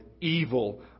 evil